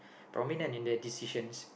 prominent in their decisions